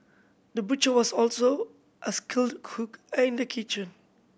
the butcher was also a skilled cook in the kitchen